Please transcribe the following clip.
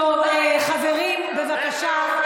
טוב, חברים, בבקשה.